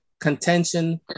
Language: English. contention